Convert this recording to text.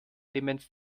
demenz